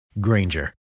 Granger